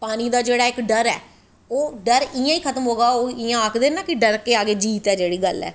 पानी दा इक जेह्ड़ी डर ऐ ओह् डर इयां गै खत्म होगा ओह् आखदे ना जियां डर के आगे जीत ऐ जियां